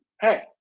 hey